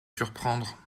surprendre